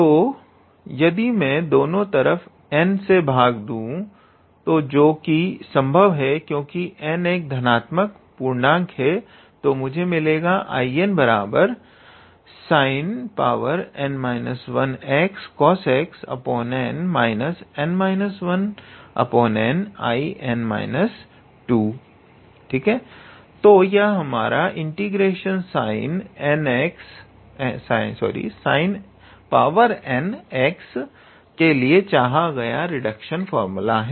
तो यदि मैं दोनों तरफ n से भाग दूँ जो कि संभव है क्योंकि n एक धनात्मक पूर्णांक है 𝐼𝑛 sinn 1xcosxn n 𝐼𝑛−2 तो यह हमारा ∫ 𝑠𝑖𝑛𝑛𝑥 के लिए चाहा गया रिडक्शन फार्मूला है